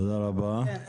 רון.